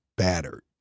battered